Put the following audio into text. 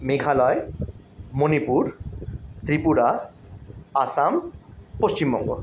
Meghalaya Manipur Tripura Assam Paschimbanga